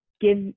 give